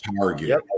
Target